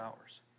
hours